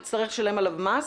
יצטרך לשלם עליו מס.